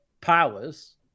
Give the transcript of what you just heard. powers